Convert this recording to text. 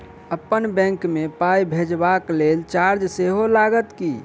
अप्पन बैंक मे पाई भेजबाक लेल चार्ज सेहो लागत की?